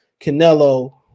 Canelo